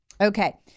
Okay